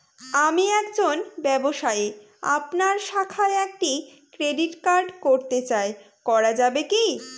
আমি একজন ব্যবসায়ী আপনার শাখায় একটি ক্রেডিট কার্ড করতে চাই করা যাবে কি?